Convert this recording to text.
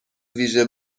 ویژه